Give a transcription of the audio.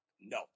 No